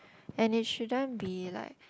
and it shouldn't be like